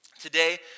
Today